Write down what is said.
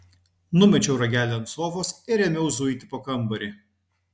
numečiau ragelį ant sofos ir ėmiau zuiti po kambarį